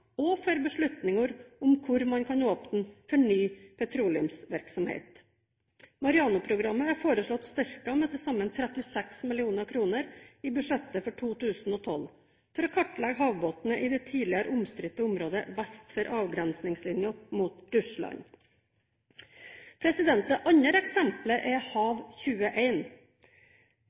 og for beslutninger om hvor man kan åpne for ny petroleumsvirksomhet. MAREANO-programmet er foreslått styrket med til sammen 36 mill. kr i budsjettet for 2012 for å kartlegge havbunnen i det tidligere omstridte området vest for avgrensningslinjen mot Russland. Det andre eksemplet er HAV